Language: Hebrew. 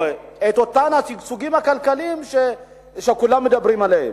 השגשוגים הכלכליים שכולם מדברים עליהם.